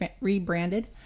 rebranded